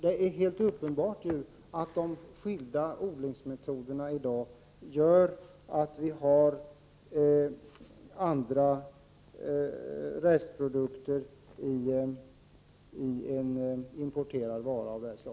Det är uppenbart att de skilda odlingsmetoderna i dag gör att det finns andra restprodukter i de importerade varorna.